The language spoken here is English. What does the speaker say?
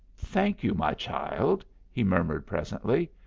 thank you, my child, he murmured, presently.